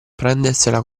prendersela